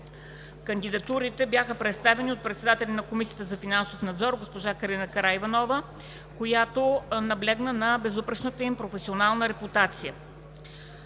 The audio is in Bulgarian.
Кандидатурите бяха представени от председателя на Комисията за финансов надзор госпожа Карина Караиванова, която наблегна на безупречната им професионална репутация.